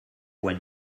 when